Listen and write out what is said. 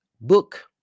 book